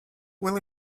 will